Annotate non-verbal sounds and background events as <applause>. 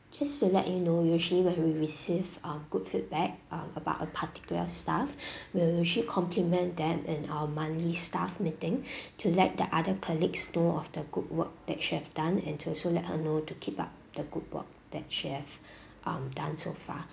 just to let you know usually when we received um good feedback um about a particular staff <breath> we usually compliment them in our monthly staff meeting <breath> to let the other colleagues know of the good work that she have done and to also let her know to keep up the good work that she have <breath> um done so far